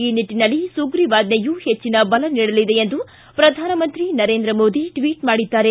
ಈ ನಿಟ್ಟನಲ್ಲಿ ಸುಗ್ರೀವಾಜ್ವೆಯು ಹೆಚ್ಚಿನ ಬಲ ನೀಡಲಿದೆ ಎಂದು ಪ್ರಧಾನಮಂತ್ರಿ ನರೇಂದ್ರ ಮೋದಿ ಟ್ವಿಟ್ ಮಾಡಿದ್ದಾರೆ